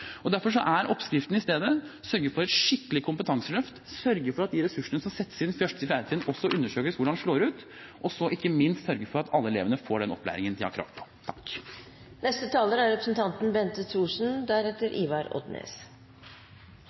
og derfor er oppskriften i stedet å sørge for et skikkelig kompetanseløft, sørge for å undersøke hvordan de ressursene som settes inn på 1.–4. trinn, slår ut, og ikke minst sørge for at alle elevene får den opplæringen de har krav på.